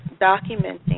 documenting